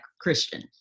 Christian